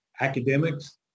academics